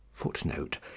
footnote